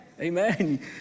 Amen